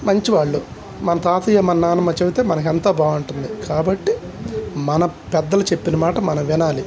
మంచివాళ్ళు మన తాతయ్య మన నాన్నమ్మ చెబితే మనకు అంత బాగుంటుంది కాబట్టి మన పెద్దలు చెప్పిన మాట మన వినాలి